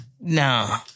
No